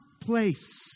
place